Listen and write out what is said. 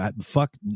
Fuck